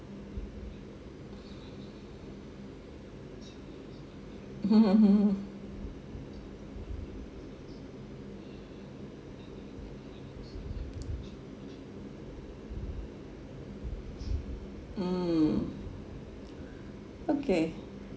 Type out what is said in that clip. mm okay